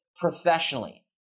professionally